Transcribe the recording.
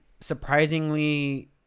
surprisingly